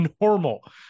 normal